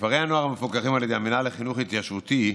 כפרי נוער המפוקחים על ידי המינהל לחינוך התיישבותי,